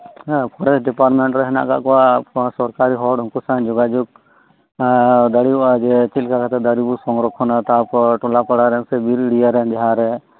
ᱦᱮᱸ forest department ᱨᱮ ᱦᱮᱱᱟᱜ ᱟᱠᱟᱫ ᱠᱚᱣᱟ ᱥᱚᱨᱠᱟᱨᱤ ᱦᱚᱲ ᱩᱱᱠᱩ ᱥᱟᱶ ᱡᱚᱜᱟᱡᱚᱜᱫᱟᱲᱤᱭᱟᱜ ᱟ ᱡᱮ ᱪᱮᱫᱞᱮᱠᱟ ᱠᱟᱛᱮᱜ ᱫᱟᱨᱤᱵᱩᱱ ᱥᱚᱝᱨᱚᱠᱷᱚᱱᱟ ᱛᱟᱯᱚᱨ ᱴᱚᱞᱟ ᱯᱟᱲᱟᱨᱮᱱ ᱥᱮ ᱵᱤᱨ ᱮᱨᱤᱭᱟᱨᱮᱱ ᱡᱟᱦᱟᱸ ᱨᱮ